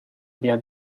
bien